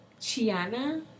Chiana